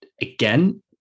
again